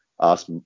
ask